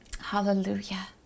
Hallelujah